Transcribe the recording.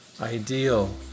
ideal